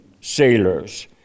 sailors